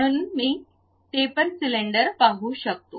म्हणूनच मी taper cylinder पाहू शकतो